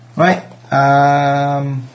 Right